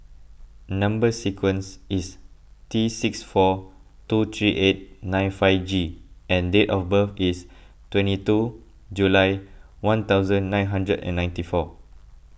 Number Sequence is T six four two three eight nine five G and date of birth is twenty two July one thousand nine hundred and ninety four